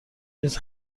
نیز